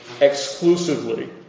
exclusively